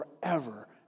forever